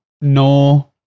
no